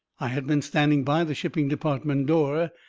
i had been standing by the shipping department door,